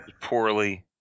Poorly